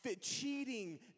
cheating